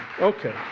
Okay